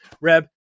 reb